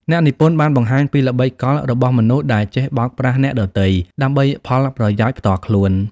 អ្នកនិពន្ធបានបង្ហាញពីល្បិចកលរបស់មនុស្សដែលចេះបោកប្រាស់អ្នកដទៃ ដើម្បីផលប្រយោជន៍ផ្ទាល់ខ្លួន។